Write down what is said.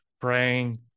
praying